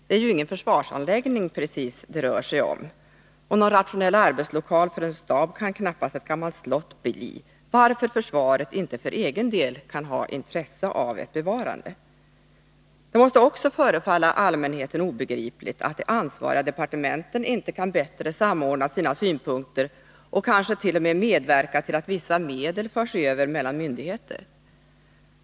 Det rör sig ju inte om någon försvarsanläggning, och någon rationell arbetslokal för en stab kan knappast ett gammalt slott bli, varför försvaret ju inte för egen del kan ha intresse av ett bevarande. Det måste också förefalla allmänheten obegripligt att de ansvariga departementen inte kan bättre samordna sina synpunkter och kansket.o.m. medverka till att överföra vissa medel mellan myndigheter.